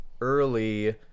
early